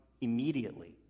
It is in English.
immediately